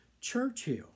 Churchill